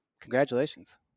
Congratulations